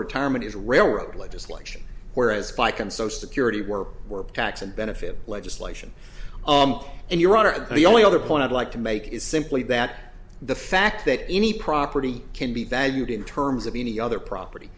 retirement is railroad legislation whereas spike and social security work were tax and benefit legislation and your are the only other point i'd like to make is simply that the fact that any property can be valued in terms of any other property